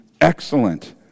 excellent